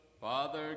Father